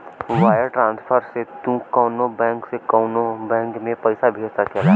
wire transfer से तू कउनो बैंक से कउनो बैंक में पइसा भेज सकेला